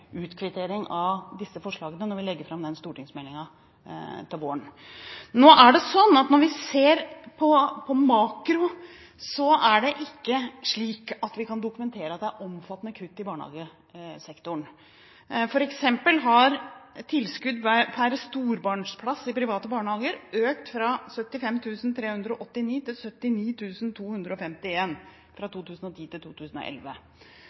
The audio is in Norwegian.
utkvittering av disse forslagene når vi legger fram stortingsmeldingen til våren. Når vi ser på makro, kan vi ikke dokumentere at det er omfattende kutt i barnehagesektoren. Tilskudd per storbarnplass i private barnehager har f.eks. økt fra 75 389 kr til 79 251 kr fra 2010 til 2011.